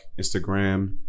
Instagram